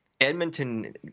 Edmonton